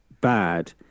bad